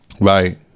Right